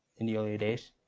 and the early days.